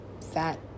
fat